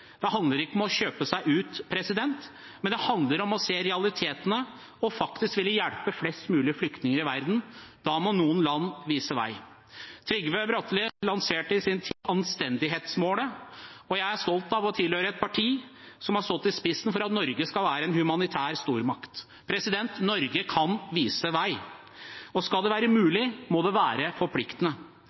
Det handler ikke om å kjøpe seg ut, det handler om å se realitetene og faktisk ville hjelpe flest mulige flyktninger i verden. Da må noen land vise vei. Trygve Bratteli lanserte i sin tid anstendighetsmålet, og jeg er stolt av å tilhøre et parti som har stått i spissen for at Norge skal være en humanitær stormakt. Norge kan vise vei. Skal det være mulig, må det være forpliktende.